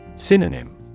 Synonym